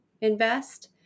invest